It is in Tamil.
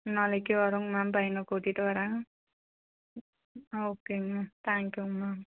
நாளைக்கு வரோங்க மேம் பையனை கூட்டிகிட்டு வரேன் ஆ ஓகேங்க மேம் தேங்க்யூங்க மேம்